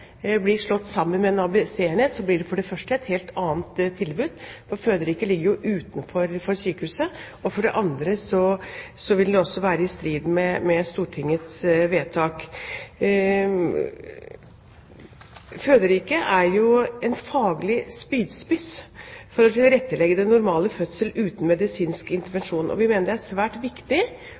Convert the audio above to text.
blir slått sammen med en ABC-enhet, blir det for det første et helt annet tilbud, for Føderiket ligger jo utenfor sykehuset, og for det andre vil det være i strid med Stortingets vedtak. Føderiket er en faglig spydspiss for å tilrettelegge for normal fødsel uten medisinsk intervensjon. Vi mener det er svært viktig